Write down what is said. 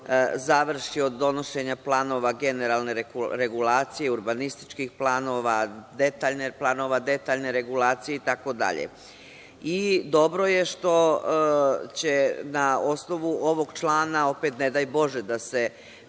završi, od donošenja planova generalne regulacije, urbanističkih planova, detaljnih planova, detaljne regulacije, itd. Dobro je što će na osnovu ovog člana, opet, ne daj Bože da se